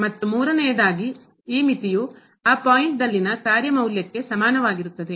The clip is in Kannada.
ಮತ್ತು ಮೂರನೆಯದಾಗಿ ಈ ಮಿತಿಯು ಆ ಪಾಯಿಂಟ್ ದಲ್ಲಿನ ಕಾರ್ಯ ಮೌಲ್ಯಕ್ಕೆ ಸಮಾನವಾಗಿರುತ್ತದೆ